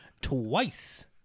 Twice